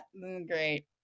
great